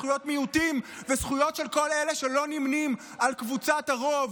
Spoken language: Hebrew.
וזכויות מיעוטים וזכויות של כל אלה שלא נמנים עם קבוצת הרוב,